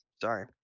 Sorry